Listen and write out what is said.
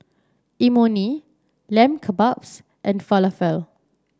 Imoni Lamb Kebabs and Falafel